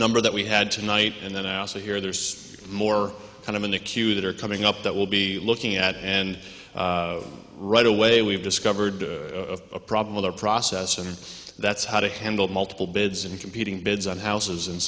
number that we had tonight and then ask here there's more kind of in the queue that are coming up that will be looking at and right away we've discovered a problem with our process and that's how to handle multiple bids in competing bids on houses and